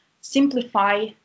simplify